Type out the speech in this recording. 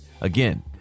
Again